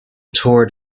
toured